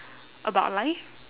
about life